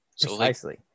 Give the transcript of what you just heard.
precisely